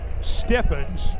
stiffens